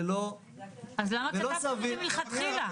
--- אז למה כתבתם את זה מלכתחילה?